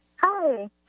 Hi